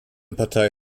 partei